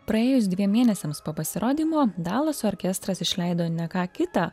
praėjus dviem mėnesiams po pasirodymo dalaso orkestras išleido ne ką kita